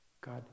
God